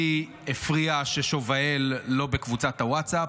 לי הפריע ששובאל לא בקבוצת הווטסאפ,